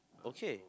okay